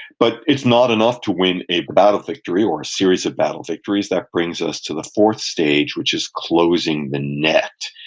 but it's not enough to win a battle victory or a series of battle victories that brings us to the fourth stage, which is closing the net,